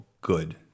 good